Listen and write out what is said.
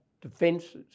defences